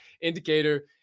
Indicator